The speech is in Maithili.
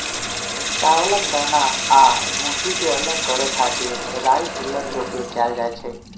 चावलक दाना आ भूसी कें अलग करै खातिर राइस हुल्लर के उपयोग कैल जाइ छै